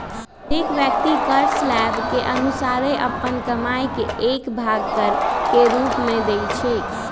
हरेक व्यक्ति कर स्लैब के अनुसारे अप्पन कमाइ के एक भाग कर के रूप में देँइ छै